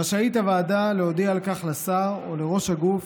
רשאית הוועדה להודיע על כך לשר או לראש הגוף